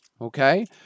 Okay